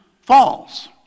falls